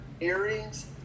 earrings